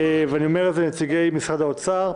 ואני אומר את זה לנציגי משרד האוצר,